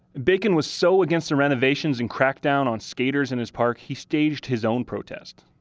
bacon was so against the renovations and cracked down on skaters and his park, he staged his own protest.